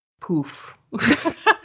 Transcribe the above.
poof